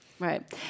Right